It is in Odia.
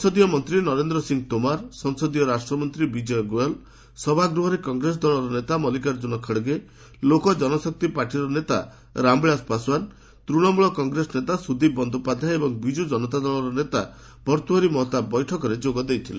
ସଂସଦୀୟ ମନ୍ତ୍ରୀ ନରେନ୍ଦ୍ର ସିଂ ତୋମର୍ ସଂସଦୀୟ ରାଷ୍ଟ୍ମନ୍ତ୍ରୀ ବିଜୟ ଗୋୟଲ୍ ସଭାଗୃହରେ କଂଗ୍ରେସ ଦଳର ନେତା ମଲିକାର୍ଚ୍ଚନ ଖଡ୍ଗେ ଲୋକଜନଶକ୍ତି ପାର୍ଟିର ନେତା ରାମବିଳାଶ ପାସୱାନ ତୂଣମୂଳ କଂଗ୍ରେସ ନେତା ସୁଦୀପ ବନ୍ଦୋପାଧ୍ୟାୟ ଏବଂ ବିଜୁ ଜନତା ଦଳର ନେତା ଭର୍ତ୍ତୃହରି ମହତାବ ବୈଠକରେ ଯୋଗ ଦେଇଥିଲେ